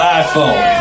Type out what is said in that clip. iPhone